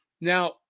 Now